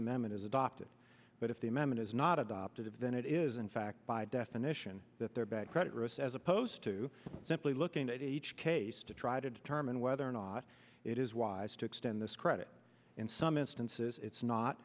amendment is adopted but if the amendment is not adopted of then it is in fact by definition that there are bad credit risks as opposed to simply looking at each case to try to determine whether or not it is wise to extend this credit in some instances it's not